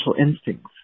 instincts